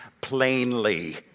plainly